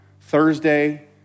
Thursday